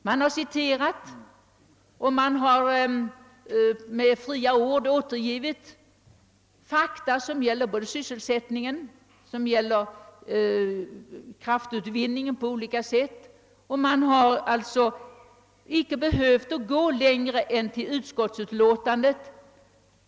Man har citerat och man har med fria ord återgivit fakta, som gäller både sysselsättning och kraftutvinning på olika sätt, och man har icke behövt gå längre än till utskottsutlåtandet.